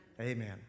Amen